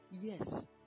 Yes